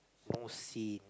no sin